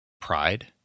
pride